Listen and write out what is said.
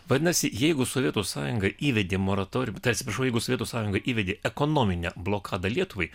vadinasi jeigu sovietų sąjunga įvedė moratoriumą tai atsiprašau jeigu sovietų sąjunga įvedė ekonominę blokadą lietuvai